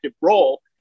role